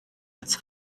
als